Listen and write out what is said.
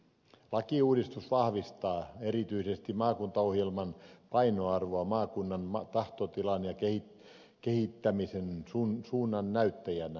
lakiuudistus vahvistaa erityisesti maakuntaohjelman painoarvoa maakunnan tahtotilan ja kehittämisen suunnannäyttäjänä